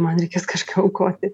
man reikės kažką aukoti